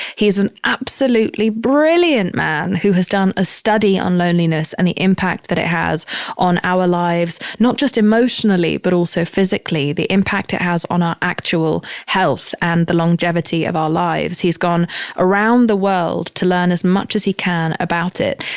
he is an absolutely brilliant man who has done a study on loneliness and the impact that it has on our lives, not just emotionally, but also physically, the impact it has on our actual health and the longevity of our lives. he has gone around the world to learn as much as he can about it,